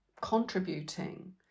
contributing